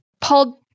paul